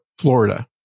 Florida